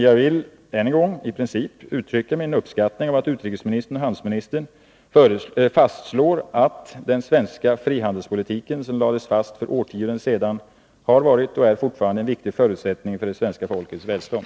Jag vill ännu en gång uttrycka min uppskattning av att utrikesoch handelsministern fastslår: ”Den svenska frihandelspolitiken, som lades fast för årtionden sedan, har varit och är fortfarande en viktig förutsättning för det svenska folkets välstånd.”